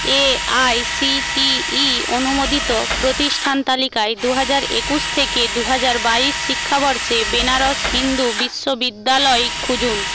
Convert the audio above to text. AICTE অনুমোদিত প্রতিষ্ঠান তালিকায় দু হাজার একুশ থেকে দু হাজার বাইশ শিক্ষাবর্ষে বেনারস হিন্দু বিশ্ববিদ্যালয় খুঁজুন